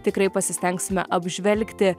tikrai pasistengsime apžvelgti